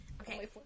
Okay